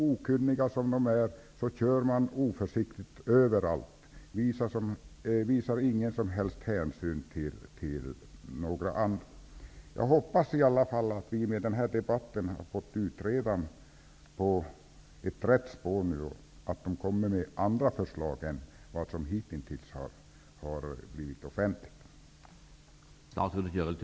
Okunniga som de är kör de oförsiktigt överallt och visar ingen hänsyn mot andra. Jag hoppas att vi med den här debatten i alla fall har fått utredarna på rätt spår så att de kommer med andra förslag än de som hittills offentliggjorts.